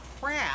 crap